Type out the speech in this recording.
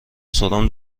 سرم